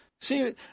See